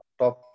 top